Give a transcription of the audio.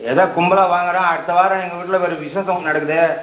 எதோ கும்பலாக வாங்கறோம் அடுத்த வாரம் எங்கள் வீட்டில் ஒரு விஷேஷம் ஒன்று நடக்குது